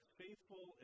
faithful